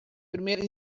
primer